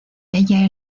ella